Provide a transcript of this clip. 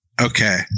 okay